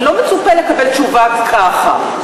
לא מצופה לקבל תשובה: ככה.